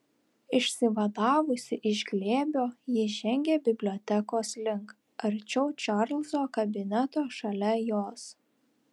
išsivadavusi iš glėbio ji žengė bibliotekos link arčiau čarlzo kabineto šalia jos